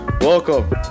welcome